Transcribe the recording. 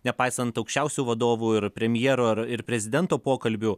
nepaisant aukščiausių vadovų ir premjero ir prezidento pokalbių